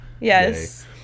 Yes